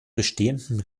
bestehenden